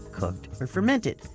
cooked or fermented.